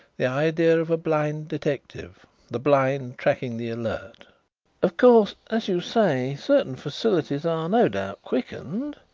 the idea of a blind detective the blind tracking the alert of course, as you say, certain facilities are no doubt quickened,